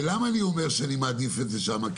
ולמה אני אומר שאני מעדיף את זה שם?